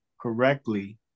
correctly